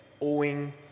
owing